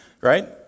right